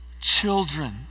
children